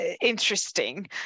interesting